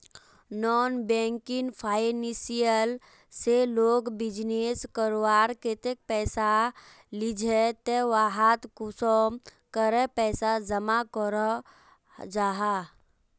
Non banking financial से लोग business करवार केते पैसा लिझे ते वहात कुंसम करे पैसा जमा करो जाहा?